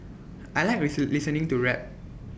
I Like listen listening to rap